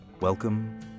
Welcome